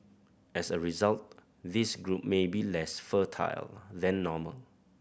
as a result this group may be less fertile than normal